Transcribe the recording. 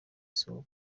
izuba